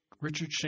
Richard